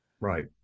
Right